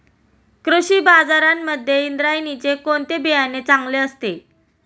कृषी बाजारांमध्ये इंद्रायणीचे कोणते बियाणे चांगले असते?